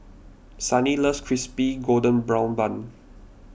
Sannie loves Crispy Golden Brown Bun